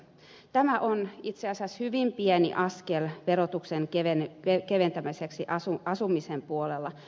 tämä on itse asiassa hyvin pieni askel verotuksen keventämiseksi asumisen puolella